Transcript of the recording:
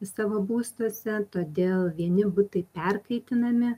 savo būstuose todėl vieni butai perkaitinami